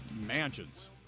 mansions